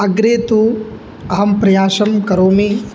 अग्रे तु अहं प्रयासं करोमि